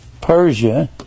Persia